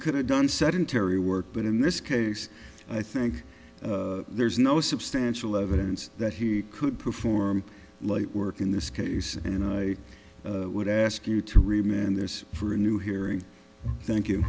could have done sedentary work but in this case i think there's no substantial evidence that he could perform late work in this case and i would ask you to remember this for a new hearing thank you